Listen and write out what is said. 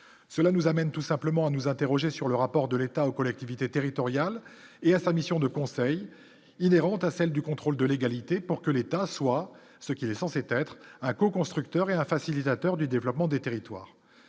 cela nous amène tout simplement à nous interroger sur le rapport de l'État aux collectivités territoriales et à sa mission de conseil inhérente à celle du contrôle de légalité pour que l'État soit ce qui est sans c'est être un co-constructeur est un facilitateur du développement des territoires